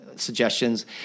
Suggestions